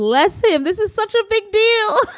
bless him. this is such a big deal.